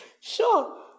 Sure